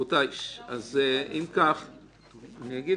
אפשר לשמוע